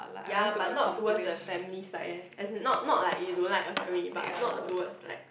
ya but not towards the family side leh as not not like you don't like your family but not towards like